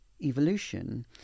evolution